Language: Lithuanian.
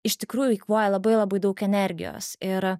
iš tikrųjų eikvoja labai labai daug energijos ir